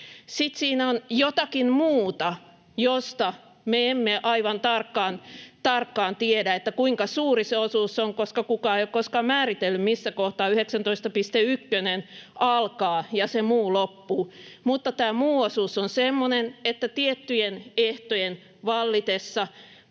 Sitten siinä on jotakin muuta, josta me emme aivan tarkkaan tiedä, kuinka suuri se osuus on, koska kukaan ei ole koskaan määritellyt, missä kohtaa 19.1 § alkaa ja se muu loppuu, mutta tämä muu osuus on semmoinen, että tiettyjen ehtojen vallitessa